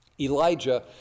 Elijah